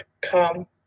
Come